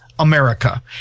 america